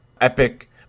Epic